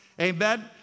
Amen